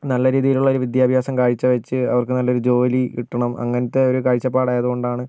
നല്ല രീതിയിലുള്ള ഒരു വിദ്യാഭ്യാസം കാഴ്ച വെച്ച് അവർക്ക് നല്ലൊരു ജോലി കിട്ടണം അങ്ങനത്തെ ഒരു കാഴ്ചപ്പാട് ആയതുകൊണ്ടാണ്